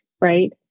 right